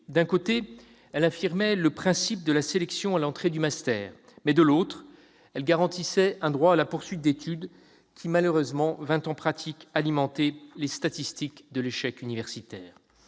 d'un côté, elle affirmait le principe de la sélection à l'entrée du master, mais, de l'autre, elle garantissait un droit à la poursuite d'études qui, malheureusement, vient en pratique alimenter les statistiques de l'échec universitaire.